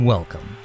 Welcome